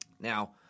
Now